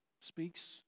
speaks